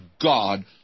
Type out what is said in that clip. God